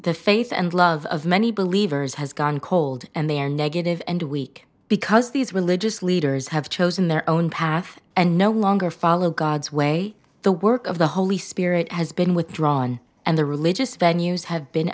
the faith and love many believers has gone cold and they are negative and weak because these religious leaders have chosen their own path and no longer follow god's way the work of the holy spirit has been withdrawn and the religious venues have been